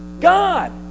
God